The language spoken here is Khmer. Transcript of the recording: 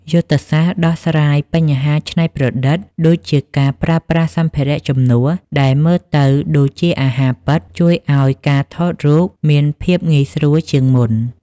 យុទ្ធសាស្ត្រដោះស្រាយបញ្ហាច្នៃប្រឌិត ដូចជាការប្រើប្រាស់សម្ភារៈជំនួសដែលមើលទៅដូចអាហារពិត ជួយឱ្យការថតរូបមានភាពងាយស្រួលជាងមុន។